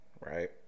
Right